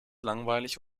langweilig